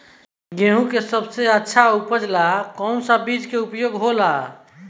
गेहूँ के सबसे अच्छा उपज ला कौन सा बिज के उपयोग होला?